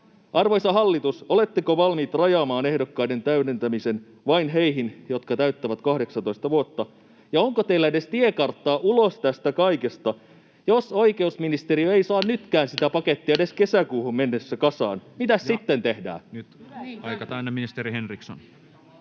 Arvoisa hallitus, oletteko valmiit rajaamaan ehdokkaiden täydentämisen vain heihin, jotka täyttävät 18 vuotta, ja onko teillä edes tiekarttaa ulos tästä kaikesta? Jos oikeusministeriö ei saa nytkään sitä pakettia edes kesäkuuhun mennessä kasaan, mitäs sitten tehdään? Ja nyt aika täynnä. — Ministeri Henriksson.